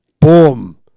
Boom